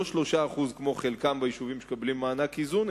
3% כמו חלקן ביישובים שמקבלים מענק איזון,